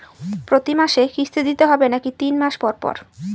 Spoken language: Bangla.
প্রতিমাসে কিস্তি দিতে হবে নাকি তিন মাস পর পর?